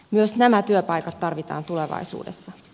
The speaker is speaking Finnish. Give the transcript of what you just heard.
myös nämä työpaikat tarvitaan tulevaisuudessa